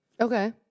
Okay